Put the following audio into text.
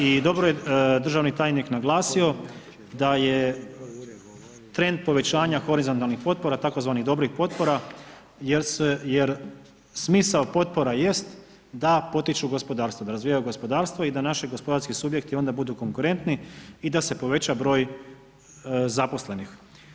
I dobro je državni tajnik naglasio da je trend povećanja horizontalnih potpora, tzv. dobrih potpora jer smisao potpora jest da potiču gospodarstvo, da razvijaju gospodarstvo i da naši gospodarski subjekti onda budu konkurentni i da se poveća broj zaposlenih.